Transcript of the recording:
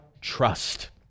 trust